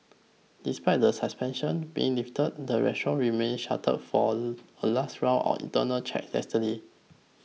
despite the suspension being lifted the restaurant remained shuttered for a last round on internal checks yesterday